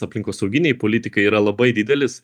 aplinkosauginei politikai yra labai didelis